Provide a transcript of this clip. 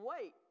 wait